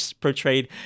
portrayed